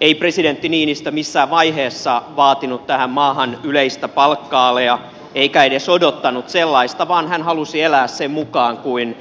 ei presidentti niinistö missään vaiheessa vaatinut tähän maahan yleistä palkka alea eikä edes odottanut sellaista vaan hän halusi elää sen mukaan kuin